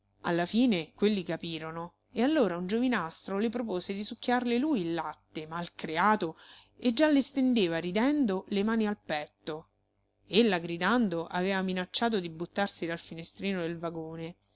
alla fine quelli capirono e allora un giovinastro le propose di succhiarle lui il latte malcreato e già le stendeva ridendo le mani al petto ella gridando aveva minacciato di buttarsi dal finestrino del vagone